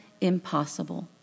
impossible